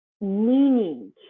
meaning